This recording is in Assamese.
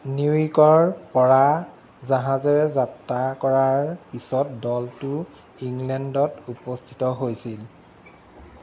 নিউয়ুৰ্কৰপৰা জাহাজেৰে যাত্ৰা কৰাৰ পিছত দলটো ইংলেণ্ডত উপস্থিত হৈছিল